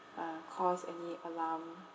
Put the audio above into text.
uh cause any alarm